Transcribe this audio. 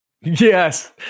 Yes